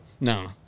No